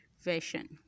version